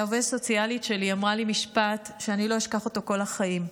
העובדת הסוציאלית שלי אמרה לי משפט שאני לא אשכח אותו כל החיים.